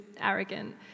arrogant